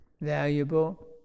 valuable